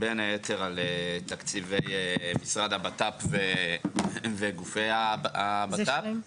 בין היתר על תקציבי המשרד לביטחון פנים וגופי המשרד לביטחון פנים.